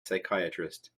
psychiatrist